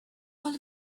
all